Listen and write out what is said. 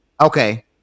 Okay